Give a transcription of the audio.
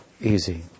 easy